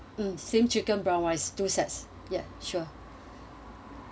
mm stem chicken brown wise to sets ya sure